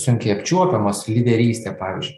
sunkiai apčiuopiamos lyderystė pavyzdžiui